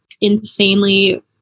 insanely